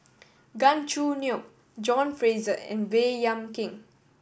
Gan Choo Neo John Fraser and Baey Yam Keng